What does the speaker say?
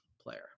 player